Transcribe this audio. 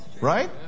Right